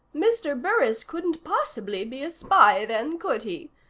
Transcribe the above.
mr. burris couldn't possibly be a spy, then, could he?